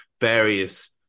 various